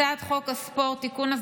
הצעת חוק הספורט (תיקון,